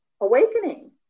awakening